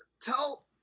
Tell